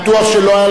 רק אני מכיר,